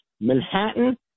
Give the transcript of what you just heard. Manhattan